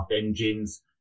engines